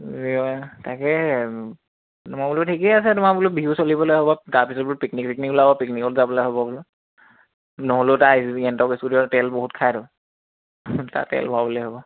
তাকেহে তোমাৰ বোলো ঠিকে আছে তোমাৰ বোলো বিহু চলিবলৈ হ'ব তাৰপিছত বোলো পিকনিক পিকনিকতো যাবলৈ হ'ব বোলো নহ'লেও তেল বহুত খাইতো তাত তেল ভৰাবলৈ হ'ব